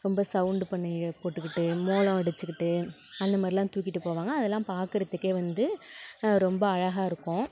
ரொம்ப சவுண்டு பண்ணி போட்டுக்கிட்டு மோளம் அடித்திக்கிட்டு அந்த மாதிரில்லாம் தூக்கிட்டுப் போவாங்க அதெல்லாம் பார்க்கறதுக்கே வந்து ரொம்ப அழகாக இருக்கும்